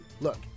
Look